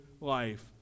life